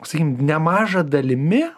sakykim nemaža dalimi